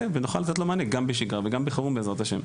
ונוכל לתת לו מענה גם בשגרה וגם בחירום בע"ה.